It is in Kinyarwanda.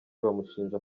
bamushinja